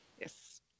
Yes